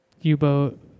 U-boat